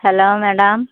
hello madam